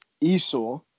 esau